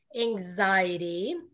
anxiety